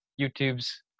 YouTube's